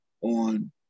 on